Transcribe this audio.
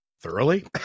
thoroughly